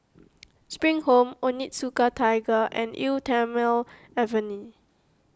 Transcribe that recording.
Spring Home Onitsuka Tiger and Eau thermale Avene